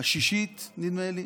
השישית נדמה לי,